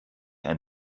ein